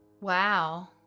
Wow